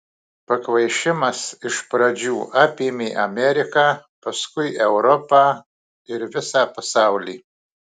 pakvaišimas iš pradžių apėmė ameriką paskui europą ir visą pasaulį